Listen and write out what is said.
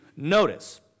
Notice